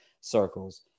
circles